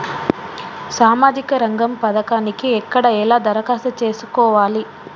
సామాజిక రంగం పథకానికి ఎక్కడ ఎలా దరఖాస్తు చేసుకోవాలి?